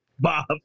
Bob